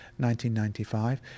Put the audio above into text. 1995